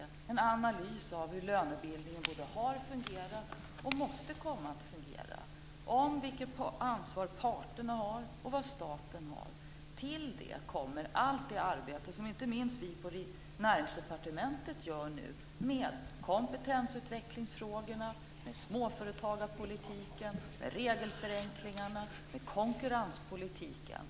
Det är en analys av hur lönebildningen både har fungerat och måste komma att fungera, vilket ansvar parterna har och statens ansvar. Till det kommer allt det arbete som inte minst vi på Näringsdepartementet nu gör med kompetensutvecklingsfrågorna, småföretagarpolitiken, regelförenklingarna och konkurrenspolitiken.